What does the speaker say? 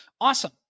Awesome